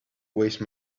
waste